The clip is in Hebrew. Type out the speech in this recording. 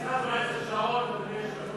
ההצעה להעביר את הצעת